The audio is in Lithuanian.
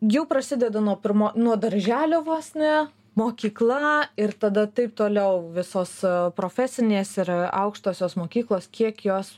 jau prasideda nuo pirmo nuo darželio vos ne mokykla ir tada taip toliau visos profesinės ir aukštosios mokyklos kiek jos